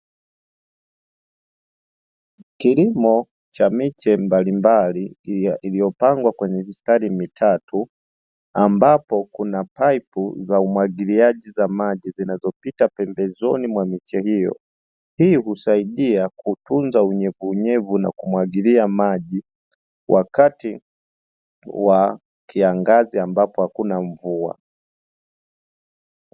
Kilimo cha miche mbalimbali iliyopangwa kwenye mistari mitatu, ambapo kuna paipu za umwagiliaji za maji zinazopita pembezoni mwa miche hiyo, hii husaidia kutunza unyevunyevu na kumwagilia maji wakati wa kiangazi ambapo hakuna mvua.